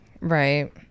Right